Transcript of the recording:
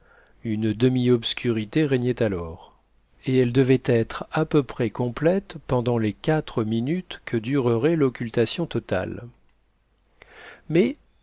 une demi-obscurité régnait alors et elle devait être à peu près complète pendant les quatre minutes que durerait l'occultation totale mais